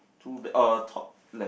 two uh top left